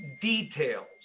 details